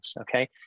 Okay